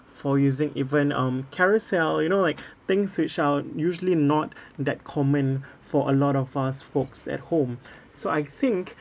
for using even um carousell you know like things which are usually not that common for a lot of us folks at home so I think